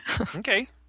Okay